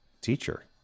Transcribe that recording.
teacher